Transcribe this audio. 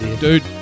Dude